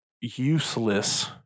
useless